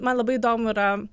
man labai įdomu yra